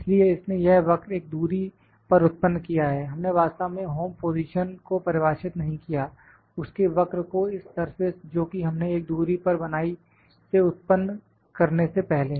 इसलिए इसने यह वक्र एक दूरी पर उत्पन्न किया है हमने वास्तव में होम पोजीशन को परिभाषित नहीं किया उसके वक्र को इस सरफेस जो कि हमने एक दूरी पर बनाई से उत्पन्न करने से पहले